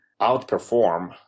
outperform